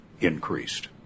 increased